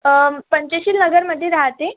पंचशील नगरमध्ये राहते